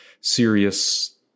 serious